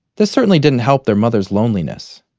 this certainly didn't help their mother's loneliness.